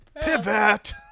Pivot